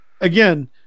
again